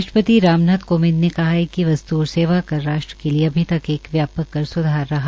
राष्ट्रपति राम नाथ कोविंद ने कहा है कि वस्त् एवं सेवा कर राष्ट्र के लिए अभी तक एक व्यापक कर स्धार रहा